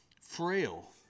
frail